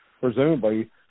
presumably